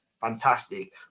fantastic